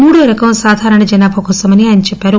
మూడోరకం సాధారణ జనాభా కోసమని చెప్పారు